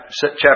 chapter